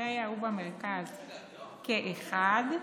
בפריפריה ובמרכז כאחד,